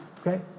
okay